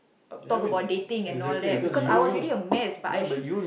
talk about dating and all that because I was already a mess but I should